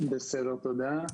בסדר תודה.